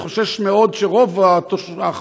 אני חושש מאוד שרוב האנשים,